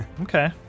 okay